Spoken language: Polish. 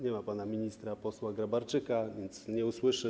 Nie ma pana ministra posła Grabarczyka, więc nie usłyszy.